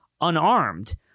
unarmed